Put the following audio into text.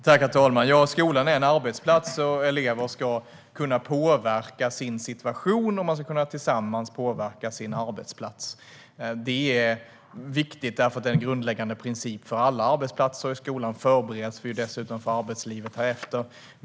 Herr talman! Skolan är en arbetsplats, och elever ska tillsammans kunna påverka sin situation och sin arbetsplats. Det är viktigt och en grundläggande princip för alla arbetsplatser. I skolan förbereds vi dessutom för arbetslivet därefter.